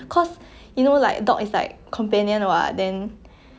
cause you know like dog is like companion what then